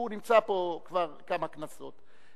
הוא נמצא פה כבר כמה כנסות.